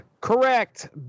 correct